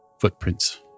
footprints